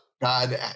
God